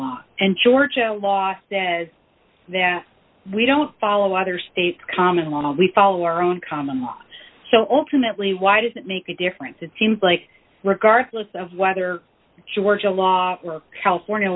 law and georgia law says that we don't follow other states common law we follow our own common law so ultimately why does it make a difference it seems like regardless of whether georgia law for california